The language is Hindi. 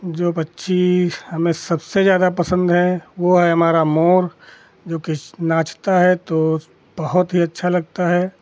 जो पक्षी हमें सबसे ज़्यादा पसन्द हैं वह है हमारा मोर जो कि नाचता है तो बहुत ही अच्छा लगता है